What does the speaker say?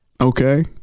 Okay